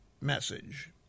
message